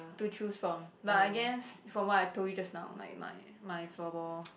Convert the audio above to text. to choose from but I guess from what I told you just now like my my floorball